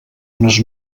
unes